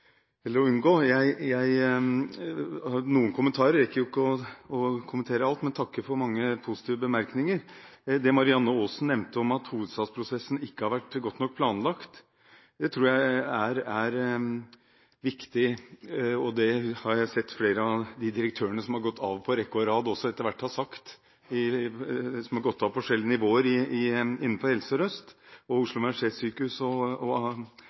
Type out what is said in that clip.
greid å unngå å være. Jeg har noen kommentarer. Jeg rekker jo ikke å kommentere alt, men takker for mange positive bemerkninger. Det Marianne Aasen nevnte om at hovedstadsprosessen ikke har vært godt nok planlagt, tror jeg er viktig, og det har jeg sett at flere av direktørene som har gått av på rekke og rad på forskjellige nivåer innenfor Helse Sør-Øst, Oslo universitetssykehus og Ahus, også etter hvert har sagt. Særlig den sammenvevingen av lokalsykehusfunksjonen som er i